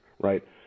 right